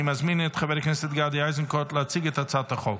אני מזמין את חבר הכנסת גדי איזנקוט להציג את הצעת החוק.